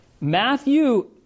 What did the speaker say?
Matthew